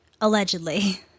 allegedly